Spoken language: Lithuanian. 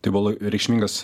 tai buvo la reikšmingas